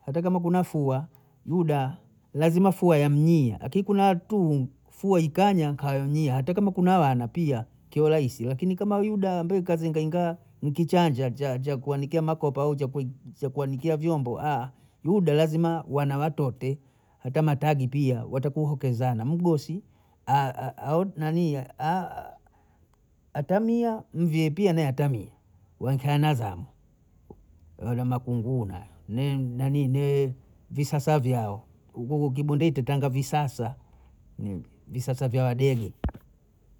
hata kama kuna fua, yuda lazima fua imnyie, akini kuna atuu fua ikanya nkawanyia hata kama kuna wana pia kio rahisi lakini kama yuda mbwei ikazingainga mkichanja cha cha kuanikia makopo au cha kuanikia vyombo yuda lazima wana watote hata matagi pia watakuwa wakwezana mgosi awe nanii atamia mvyee pia naye atamia wankeana zamu, wana makunguna mengi mani mee visasa vyao huku kibondei twatanga visasa visasa vya wagege